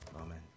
Amen